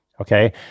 Okay